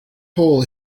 hole